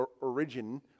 origin